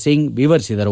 ಸಿಂಗ್ ವಿವರಿಸಿದರು